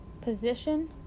position